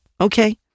Okay